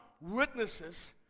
witnesses